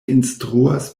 instruas